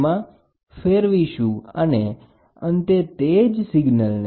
તે બધા strain sensitive wire અથવા તો સ્ટ્રેન ગેજીસ હોય છે